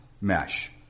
mesh